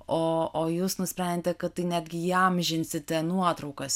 o o jūs nusprendėt kad tai netgi įamžinsite nuotraukas